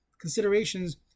Considerations